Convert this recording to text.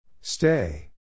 Stay